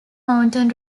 mountain